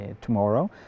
tomorrow